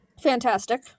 Fantastic